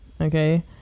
Okay